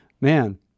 man